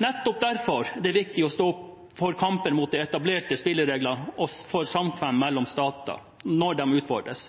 Nettopp derfor er det viktig å stå opp for kampen for etablerte spilleregler og for samkvem mellom stater når de utfordres.